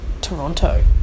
toronto